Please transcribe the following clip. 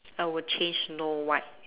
I would change snow white